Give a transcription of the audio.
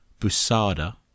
Busada